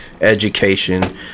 education